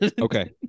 okay